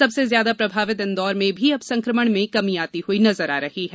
सबसे ज्यादा प्रभावित इन्दौर में भी अब संकमण में कमी आती हई नजर आ रही है